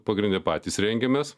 pagrinde patys rengiamės